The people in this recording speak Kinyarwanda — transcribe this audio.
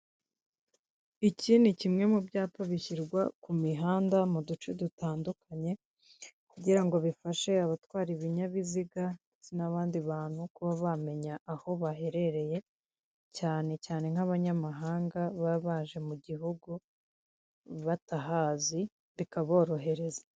Iki ni kimwe mu byapa bishyirwa ku muhanda mu duce dutandukanye kugira ngo bifashe abatwara ibinyabiziga, ndetse n'abandi bantu kuba bamenya aho baherereye cyane cyane nk'abanyamaganga baba baje mu gihugu batahazi, bikaborohereza.